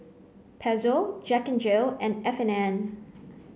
Pezzo Jack N Jill and F and N